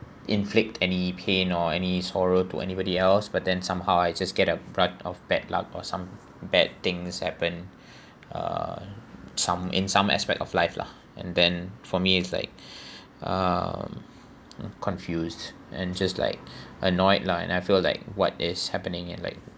inflict any pain or any horror to anybody else but then somehow I just get a brunt of bad luck or some bad things happen uh some in some aspect of life lah and then for me it's like um confused and just like annoyed lah and I feel like what is happening in like